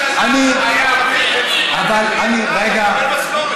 מיקי, רגע.